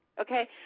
Okay